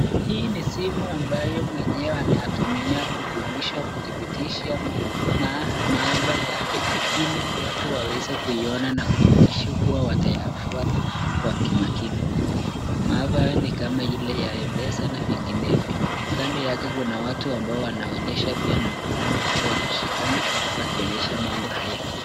Hii ni simu ambayo mwenyewe anatumia kujumuisha, kudhibitisha maafa yake ili watu waweze kuona na kudhibitisha kuwa watayafuata kwa kimakini maafa haya ni kama ile ya Mpesa na ingine yo, kando yake kuna watu wanaonyeshwa pia na mvulana huku wakiwa wameshikana wakionyesha mambo haya.